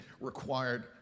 required